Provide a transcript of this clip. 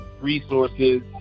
resources